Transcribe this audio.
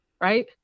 right